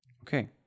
Okay